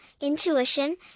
intuition